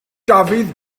dafydd